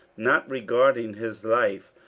not regarding his life,